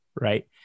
right